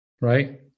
right